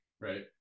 Right